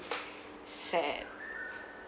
sad